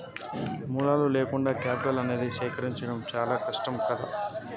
మూలాలు లేకుండా కేపిటల్ అనేది సేకరించడం చానా కష్టం గదా